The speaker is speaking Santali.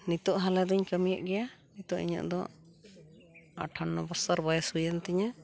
ᱱᱤᱛᱚᱜ ᱦᱟᱞᱮᱫᱚᱧ ᱠᱟᱹᱢᱤᱭᱮᱫ ᱜᱮᱭᱟ ᱱᱤᱛᱚᱜ ᱤᱧᱟᱹᱜ ᱫᱚ ᱟᱴᱷᱟᱱᱱᱚ ᱵᱚᱥᱥᱚᱨ ᱵᱚᱭᱮᱥ ᱦᱩᱭᱮᱱᱛᱤᱧᱟᱹ